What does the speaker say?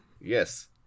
Yes